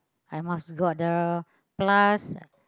I must got the plus